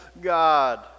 God